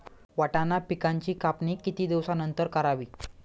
वाटाणा पिकांची कापणी किती दिवसानंतर करावी?